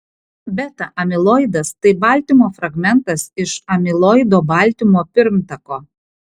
beta amiloidas tai baltymo fragmentas iš amiloido baltymo pirmtako